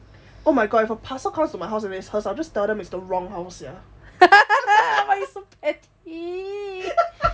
oh my god if a parcel comes to my house and if it's hers I will just tell them it's the wrong house sia